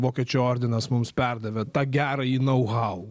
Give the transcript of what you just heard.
vokiečių ordinas mums perdavė tą gerąjį nau hau